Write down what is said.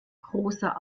großer